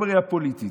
לא בראייה פוליטית.